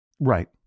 Right